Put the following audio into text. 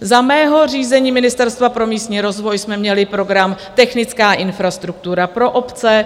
Za mého řízení Ministerstva pro místní rozvoj jsme měli program Technická infrastruktura pro obce.